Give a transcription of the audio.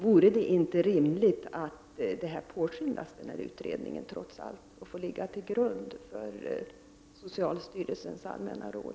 Vore det inte rimligt att utredningen påskyndas, så att den trots allt får ligga till grund för socialstyrelsens allmänna råd?